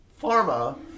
pharma